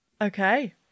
Okay